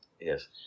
Yes